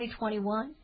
2021